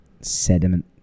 sediment